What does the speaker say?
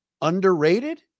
Underrated